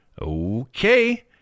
Okay